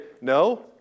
no